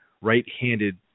right-handed